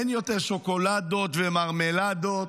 אין יותר שוקולדות ומרמלדות.